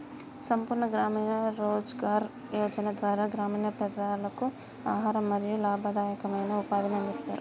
సంపూర్ణ గ్రామీణ రోజ్గార్ యోజన ద్వారా గ్రామీణ పేదలకు ఆహారం మరియు లాభదాయకమైన ఉపాధిని అందిస్తరు